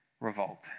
revolt